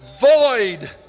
void